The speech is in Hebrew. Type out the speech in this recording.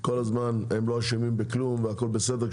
כל הזמן כאילו הם לא אשמים בכלום והכול בסדר,